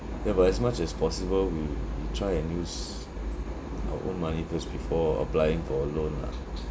ya but as much as possible we will try and use our own money first before applying for a loan lah